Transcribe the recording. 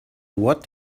what